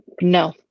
No